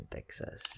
Texas